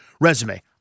resume